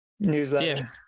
newsletter